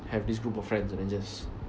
have this group of friends and then just